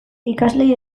ikasleei